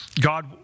God